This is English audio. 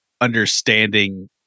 understanding